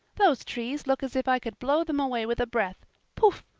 those trees look as if i could blow them away with a breath pouf!